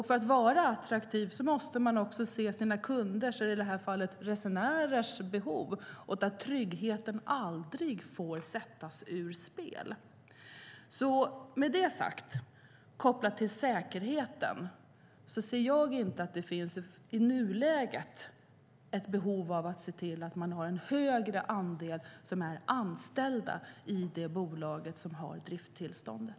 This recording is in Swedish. För att vara attraktiv måste man se kundernas, i det här fallet resenärernas, behov. Där får tryggheten aldrig sättas ur spel. Med det sagt och kopplat till frågan om säkerheten anser jag inte att det i nuläget finns behov av att ha en högre andel anställda i det bolag som har drifttillståndet.